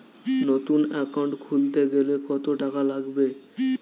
নতুন একাউন্ট খুলতে গেলে কত টাকা লাগবে?